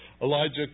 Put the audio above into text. Elijah